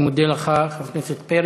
אני מודה לך, חבר הכנסת פרי.